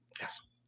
yes